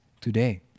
today